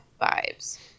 vibes